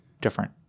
different